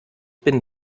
bin